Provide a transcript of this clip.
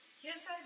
Yes